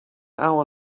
hour